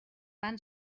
van